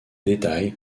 détail